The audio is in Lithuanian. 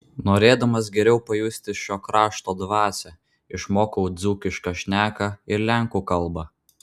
norėdamas geriau pajusti šio krašto dvasią išmokau dzūkišką šneką ir lenkų kalbą